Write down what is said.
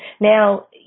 Now